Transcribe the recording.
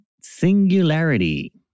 singularity